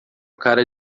cara